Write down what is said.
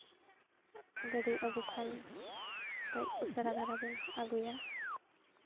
ᱜᱟᱹᱰᱤ ᱟᱹᱜᱩ ᱠᱷᱟᱱ ᱠᱟᱹᱡ ᱩᱥᱟᱹᱨᱟ ᱫᱷᱟᱨᱟ ᱵᱤᱱ ᱟᱹᱜᱩᱭᱟ